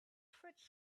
fridge